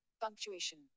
Punctuation